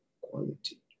quality